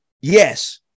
yes